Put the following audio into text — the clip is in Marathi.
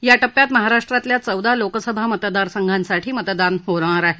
या टप्प्यात महाराष्ट्रातल्या चौदा लोकसभा मतदार संघांसाठी मतदान होणार आहे